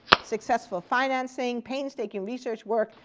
successful financing, painstaking research work,